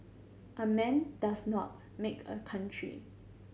a man does not make a country